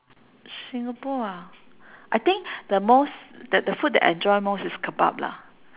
singapore ah I think the most the the food that I enjoy most is kebab lah